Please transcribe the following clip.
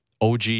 OG